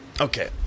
Okay